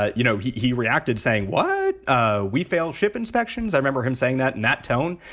ah you know, he he reacted saying, why should ah we fail ship inspections? i remember him saying that in that tone.